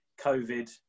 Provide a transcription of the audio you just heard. COVID